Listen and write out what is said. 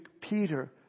Peter